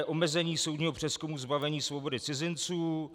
Omezení soudního přezkumu zbavení svobody cizinců.